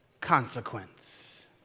consequence